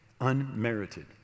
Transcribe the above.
unmerited